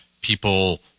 people